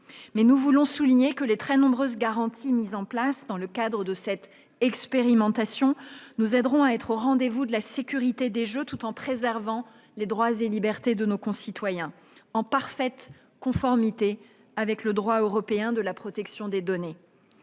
nous souhaitons souligner que les très nombreuses garanties mises en place dans le cadre de cette expérimentation nous aideront à être au rendez-vous de la sécurité des Jeux tout en préservant les droits et les libertés de nos concitoyens, en parfaite conformité avec le droit européen de la protection des données.